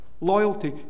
Loyalty